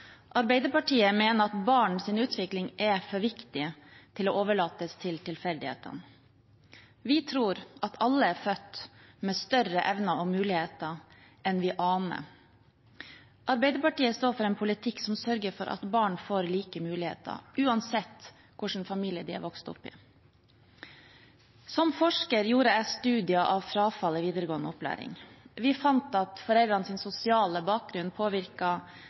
Arbeiderpartiet mener at barns utvikling er for viktig til å overlates til tilfeldighetene. Vi tror at alle er født med større evner og muligheter enn vi aner. Arbeiderpartiet står for en politikk som sørger for at barn får like muligheter, uansett hvilken familie de er vokst opp i. Som forsker gjorde jeg studier av frafall i videregående opplæring. Vi fant at foreldrenes sosiale bakgrunn